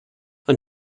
and